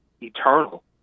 eternal